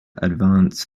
advance